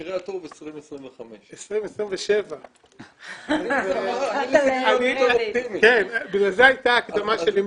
במקרה הטוב בשנת 2025. 2027. לכן הייתה ההקדמה שלי.